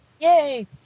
Yay